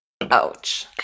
Ouch